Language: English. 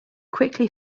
quickly